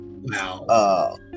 Wow